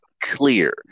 clear